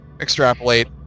extrapolate